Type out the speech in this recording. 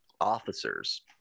officers